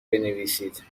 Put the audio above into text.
بنویسید